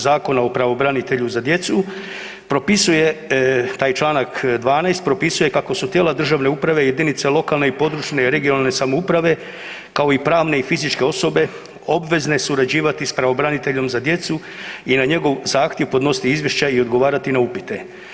Zakona o pravobranitelju za djecu taj čl. 12. propisuje kako su tijela državne uprave jedinice lokalne i područne (regionalne) samouprave kao i pravne i fizičke osobe obvezne surađivati s pravobraniteljem za djecu i na njegov zahtjev podnositi izvješća i odgovarati na upite.